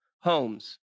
homes